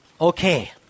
Okay